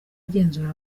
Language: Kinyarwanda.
agenzura